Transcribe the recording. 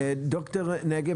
ד"ר נגב,